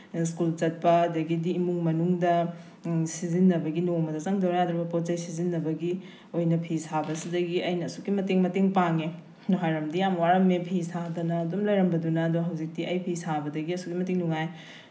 school ꯆꯠꯄ ꯑꯗꯨꯗꯒꯤꯗꯤ ꯏꯃꯨꯡ ꯃꯅꯨꯡꯗ ꯁꯤꯖꯤꯟꯅꯕꯒꯤ ꯅꯣꯡꯃꯗ ꯆꯪꯗ꯭ꯔꯕ ꯌꯥꯗ꯭ꯔꯕ ꯄꯣꯠ ꯆꯩ ꯁꯤꯖꯤꯟꯅꯕꯒꯤ ꯑꯣꯏꯅ ꯐꯤ ꯁꯥꯕ ꯁꯤꯗꯒꯤ ꯑꯩꯅ ꯑꯁꯨꯛꯀꯤꯃꯇꯤꯛ ꯃꯇꯦꯡ ꯄꯥꯡꯉꯦ ꯅꯍꯥꯟꯋꯥꯏꯔꯝꯗꯤ ꯌꯥꯝ ꯋꯥꯔꯝꯃꯦ ꯐꯤ ꯁꯥꯗꯅ ꯑꯗꯨꯝ ꯂꯩꯔꯝꯕꯗꯨꯅ ꯑꯗꯣ ꯍꯧꯖꯤꯛꯇꯤ ꯑꯩ ꯐꯤ ꯁꯥꯕꯗꯒꯤ ꯑꯁꯨꯛꯀꯤꯃꯇꯤꯛ ꯅꯨꯡꯉꯥꯏ